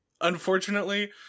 Unfortunately